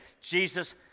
Jesus